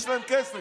יש להם כסף.